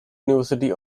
university